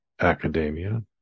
academia